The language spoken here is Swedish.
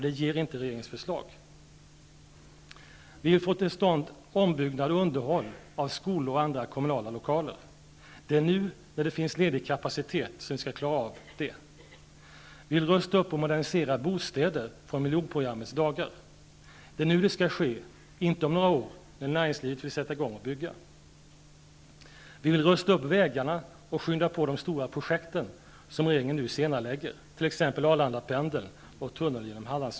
Det ger inte regeringens förslag. Vi vill få till stånd ombyggnad och underhåll av skolor och andra kommunala lokaler. Det är nu när det finns ledig kapacitet som vi skall klara av det. Vi vill rusta upp och modernisera bostäder från miljonprogrammets dagar. Det är nu det skall ske, inte om några år, då näringslivet vill sätta i gång och bygga. Vi vill rusta upp vägarna och skynda på de stora projekt som regeringen nu senarelägger, t.ex.